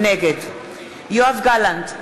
נגד יואב גלנט,